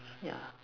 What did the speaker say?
yeah